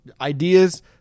ideas